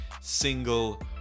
single